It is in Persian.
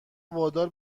وادار